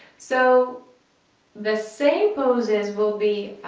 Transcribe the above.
so the same poses will be